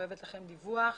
חייבת לכם דיווח.